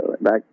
back